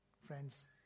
Friends